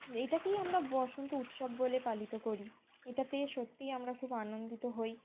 এটাকেই আমরা বসন্ত উৎসব বলে পালন করি এটাতে সত্যিই আমরা খুব আনন্দিত হই